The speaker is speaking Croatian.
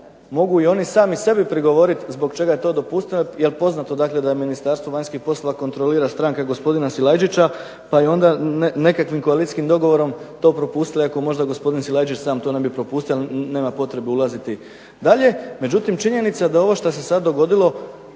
mogu i oni sami sebi prigovoriti zbog čega je to dopustivo, jer poznato je da Ministarstvo vanjskih poslova kontrolira stranke gospodina Silajdžića pa onda nekakvim koalicijskim dogovorom to propustila iako je možda gospodin Silajdžić sam to propustio ali nema potrebe ulaziti dalje. Međutim, činjenica da ovo što se sada dogodilo